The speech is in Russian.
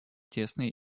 тесные